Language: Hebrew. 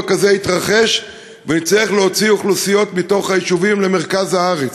כזה יתרחש ונצטרך להוציא אוכלוסיות מתוך היישובים למרכז הארץ.